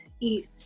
eat